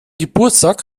geburtstag